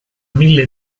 mille